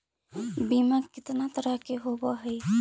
बीमा कितना तरह के होव हइ?